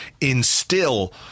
instill